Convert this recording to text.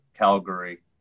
Calgary